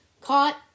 Caught